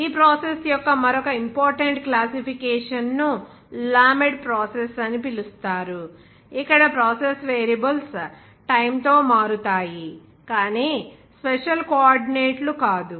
ఈ ప్రాసెస్ యొక్క మరొక ఇంపార్టెంట్ క్లాసిఫికేషన్ ను లామెడ్ ప్రాసెస్ అని పిలుస్తారు ఇక్కడ ప్రాసెస్ వేరియబుల్స్ టైమ్ తో మారుతాయి కానీ స్పెషల్ కోఆర్డినేట్లు కాదు x y z లేదా స్పెషల్ కోఆర్డినేట్స్ వంటివి